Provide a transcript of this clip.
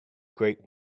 great